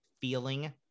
feeling